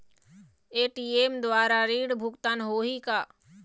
ATM द्वारा ऋण भुगतान होही का?